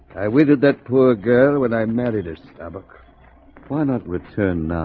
i waited that poor girl when i married a stomach why not return